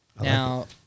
Now